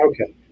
Okay